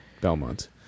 Belmont